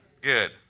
Good